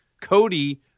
Cody